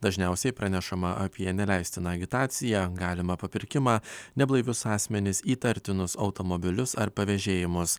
dažniausiai pranešama apie neleistiną agitaciją galimą papirkimą neblaivius asmenis įtartinus automobilius ar pavėžėjimus